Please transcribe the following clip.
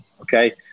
Okay